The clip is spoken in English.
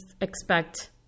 expect